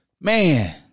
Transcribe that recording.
Man